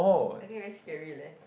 I think very scary leh